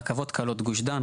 רכבות קלות גוש דן.